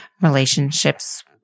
relationships